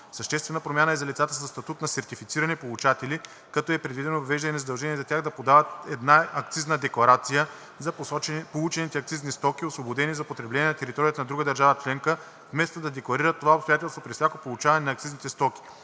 Съществената промяна е за лицата със статут на сертифицирани получатели, като е предвидено въвеждане на задължение за тях да подават една акцизна декларация за получените акцизни стоки, освободени за потребление на територията на друга държава членка, вместо да декларират това обстоятелство при всяко получаване на акцизните стоки.